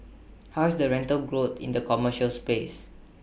how is the rental growth in the commercial space